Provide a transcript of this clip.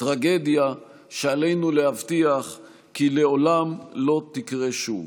טרגדיה שעלינו להבטיח כי לעולם לא תקרה שוב.